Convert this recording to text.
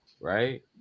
right